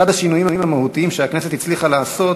אחד השינויים המהותיים שהכנסת הצליחה לעשות